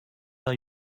are